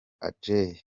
adjei